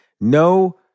No